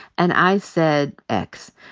and i said x.